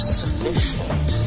sufficient